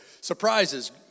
Surprises